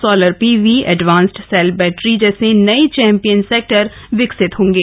solar PV advanced cell battery जैसे नए champion sector विकसित होंगे